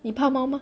你怕猫吗